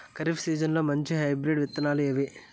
ఖరీఫ్ సీజన్లలో మంచి హైబ్రిడ్ విత్తనాలు ఏవి